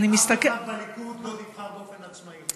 אני מסתכלת, אף אחד בליכוד לא נבחר באופן עצמאי.